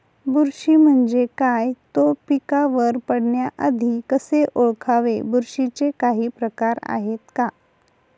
बुरशी म्हणजे काय? तो पिकावर पडण्याआधी कसे ओळखावे? बुरशीचे काही प्रकार आहेत का?